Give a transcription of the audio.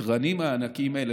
בתרנים הענקיים האלה,